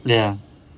ya